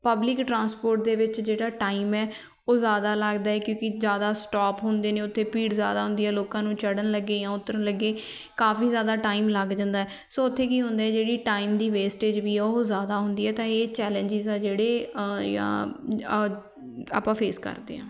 public transport ਦੇ ਵਿੱਚ ਜਿਹੜਾ ਟਾਈਮ ਹੈ ਉਹ ਜ਼ਿਆਦਾ ਲੱਗਦਾ ਕਿਉਂਕਿ ਜ਼ਿਆਦਾ ਸਟੋਪ ਹੁੰਦੇ ਨੇ ਉੱਥੇ ਭੀੜ ਜ਼ਿਆਦਾ ਹੁੰਦੀ ਆ ਲੋਕਾਂ ਨੂੰ ਚੜ੍ਹਨ ਲੱਗੇ ਜਾਂ ਉਤਰਨ ਲੱਗੇ ਕਾਫੀ ਜ਼ਿਆਦਾ ਟਾਈਮ ਲੱਗ ਜਾਂਦਾ ਸੋ ਉੱਥੇ ਕਿ ਹੁੰਦਾ ਜਿਹੜੀ ਟਾਈਮ ਦੀ ਵੇਸਟੇਜ ਵੀ ਹੈ ਉਹ ਜ਼ਿਆਦਾ ਹੁੰਦੀ ਹੈ ਤਾਂ ਇਹ ਚੈਲੇਂਜਿਜ਼ ਆ ਜਿਹੜੇ ਜਾਂ ਆਪਾਂ ਫੇਸ ਕਰਦੇ ਹਾਂ